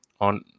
on